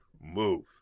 move